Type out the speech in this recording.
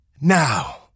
Now